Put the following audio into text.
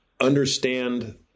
understand